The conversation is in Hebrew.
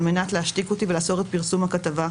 על מנת להשתיק אותי ולאסור את פרסום הכתבה,